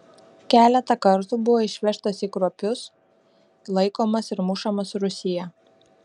keletą kartų buvo išvežtas į kruopius laikomas ir mušamas rūsyje